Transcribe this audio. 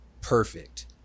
perfect